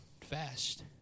fast